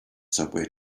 subway